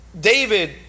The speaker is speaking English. David